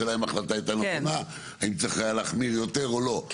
השאלה אם ההחלטה הייתה נכונה האם צריך היה להחמיר יותר או לא,